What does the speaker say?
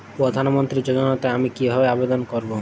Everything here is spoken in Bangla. প্রধান মন্ত্রী যোজনাতে আমি কিভাবে আবেদন করবো?